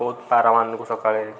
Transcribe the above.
ବହୁତ ପାରାମାନଙ୍କୁ ସକାଳେ